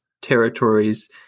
territories